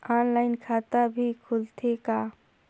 Online खाता भी खुलथे का?